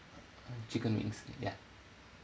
chicken wings ya